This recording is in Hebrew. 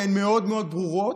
והן מאוד מאוד ברורות,